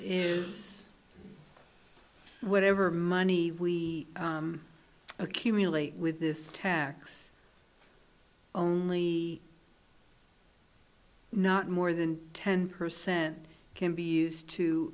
is whatever money we accumulate with this tax only not more than ten percent can be used to